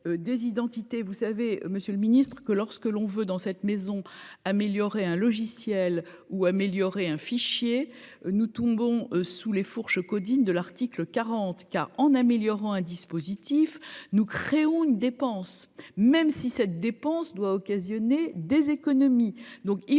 vous savez Monsieur le Ministre, que lorsque l'on veut dans cette maison, améliorer un logiciel ou améliorer un fichier nous tombons sous les fourches caudines de l'article 40 cas en améliorant un dispositif, nous créons une dépense même si cette dépense doit occasionner des économies